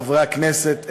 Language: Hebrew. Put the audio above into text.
חברי הכנסת,